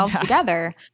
together